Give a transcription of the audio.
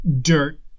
dirt